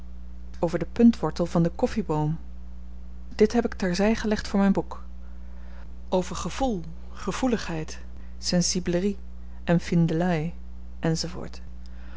over den puntwortel van den koffiboom dit heb ik ter zy gelegd voor myn boek over gevoel gevoeligheid sensiblerie empfindelei enz